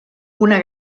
una